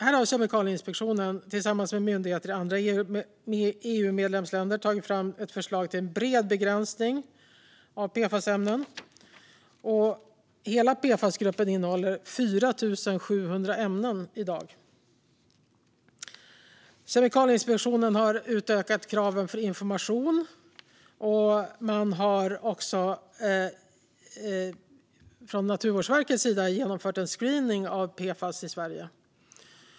Här har Kemikalieinspektionen tillsammans med myndigheter i andra EU-medlemsländer tagit fram ett förslag till en bred begränsning av PFAS-ämnen. Hela PFAS-gruppen innehåller i dag 4 700 ämnen. Kemikalieinspektionen har utökat kraven för information, och man har också från Naturvårdsverkets sida genomfört en screening av PFAS i Sverige.